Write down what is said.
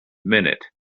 minute